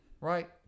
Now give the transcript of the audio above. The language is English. Right